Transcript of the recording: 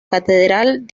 catedral